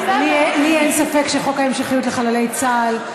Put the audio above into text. אין לי ספק שחוק ההמשכיות לחללי צה"ל,